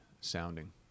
sounding